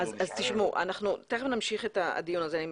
תכף נמשיך את הדיון הזה.